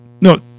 No